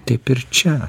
taip ir čia